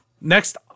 Next